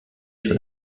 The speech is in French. sur